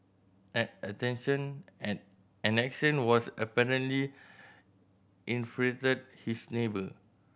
an attention an action was apparently infuriated his neighbor